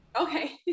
Okay